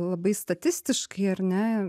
labai statistiškai ar ne